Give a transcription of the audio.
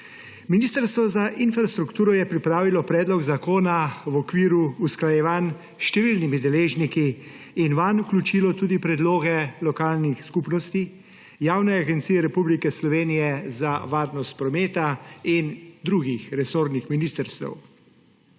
Ministrstvo za infrastrukturo je pripravilo predlog zakona v okviru usklajevanj s številnimi deležniki in vanj vključilo tudi predloge lokalnih skupnosti, Javne agencije Republike Slovenije za varnost prometa in drugih resornih ministrstev.